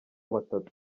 batatu